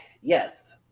Yes